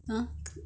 ugh